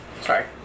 Sorry